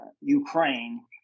Ukraine